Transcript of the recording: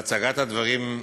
בהצגת הדברים,